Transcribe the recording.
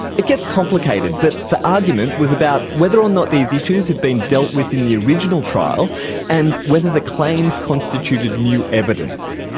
it gets complicated, but the argument was about whether or not these issues had been dealt with in the original trial and whether the claims constituted new evidence.